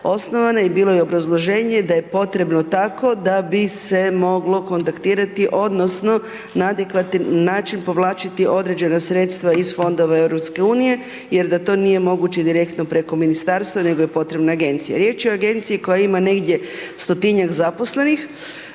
osnovana i bilo je obrazloženje da je potrebno tako da bi se moglo kontaktirati odnosno na adekvatan način povlačiti određena sredstva iz Fondova EU jer da to nije moguće direktno preko Ministarstva, nego je potrebna Agencija. Riječ je o Agenciji koja ima negdje 100-tinjak zaposlenih.